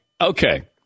Okay